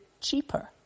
cheaper